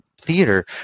theater